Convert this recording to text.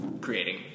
creating